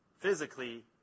physically